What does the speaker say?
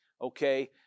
Okay